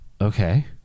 Okay